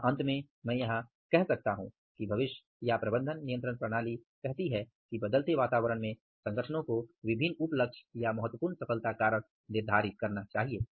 अतः अंत में मैं यहां कह सकता हूं कि भविष्य या प्रबंधन नियंत्रण प्रणाली कहती है कि बदलते वातावरण में संगठनों को विभिन्न उप लक्ष्य या महत्वपूर्ण सफलता कारक निर्धारित करना चाहिए